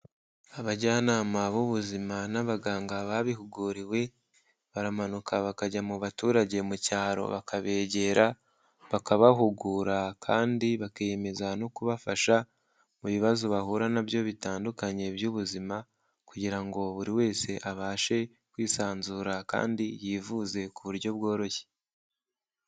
Abajyanama b'ubuzima, n'abaganga babihuguriwe, baramanuka bakajya mu baturage mu cyaro bakabegera bakabahugura, kandi bakiyemeza no kubafasha, mu bibazo bahura nabyo bitandukanye by'ubuzima, kugira ngo buri wese abashe kwisanzura, kandi yivuze ku buryo bworoshye.